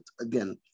again